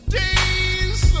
days